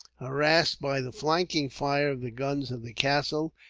harassed by the flanking fire of the guns of the castle,